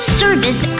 service